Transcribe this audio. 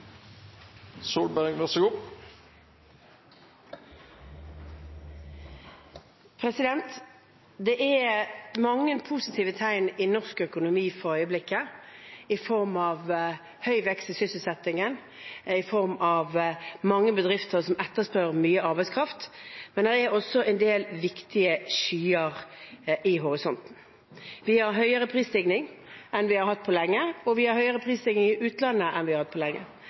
Solberg. Det er mange positive tegn i norsk økonomi for øyeblikket i form av høy vekst i sysselsettingen og i form av mange bedrifter som etterspør mye arbeidskraft. Men det er også en del skyer i horisonten. Vi har høyere prisstigning enn vi har hatt på lenge, og vi har høyere prisstigning i utlandet enn vi har hatt på lenge.